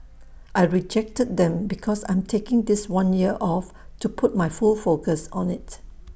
I rejected them because I'm taking this one year off to put my full focus on IT